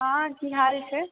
हँ की हाल छै